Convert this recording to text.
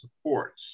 supports